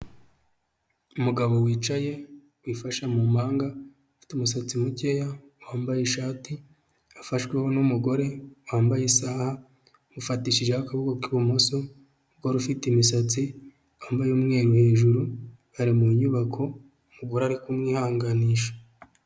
Umugabo wicaye wifashe mu mpanga, ufite umusatsi mukeya, wambaye ishati afashwe n'umugore wambaye isaha, amufatishijeho akaboko k'ibumoso, wari ufite imisatsi wambaye umweru hejuru, ari mu nyubako, umugore ari kumwihanganisha.